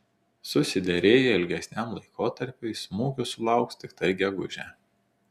susiderėję ilgesniam laikotarpiui smūgio sulauks tiktai gegužę